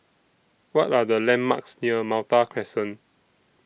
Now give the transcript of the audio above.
What Are The landmarks near Malta Crescent